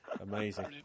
amazing